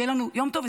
שיהיה לנו יום טוב,